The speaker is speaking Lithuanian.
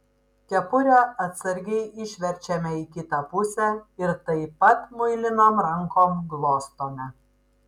kepurę atsargiai išverčiame į kitą pusę ir taip pat muilinom rankom glostome